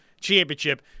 Championship